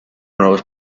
nuevos